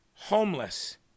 homeless